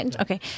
Okay